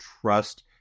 trust